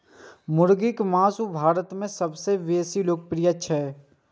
मुर्गीक मासु भारत मे सबसं बेसी लोकप्रिय छै